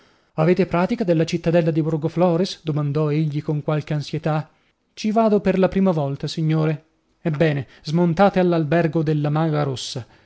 avete pratica della cittadella di borgoflores domandò egli con qualche ansietà ci vado per la prima volta signore ebbene smontate all'albergo della maga rossa